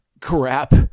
crap